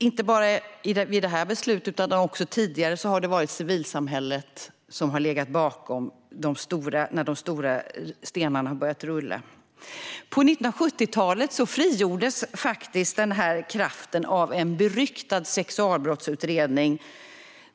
Inte bara vid det här beslutet utan också tidigare har det varit civilsamhället som har legat bakom när de stora stenarna har börjat rulla. På 1970-talet frigjordes faktiskt denna kraft av en beryktad sexualbrottsutredning.